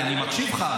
אני מקשיב לך,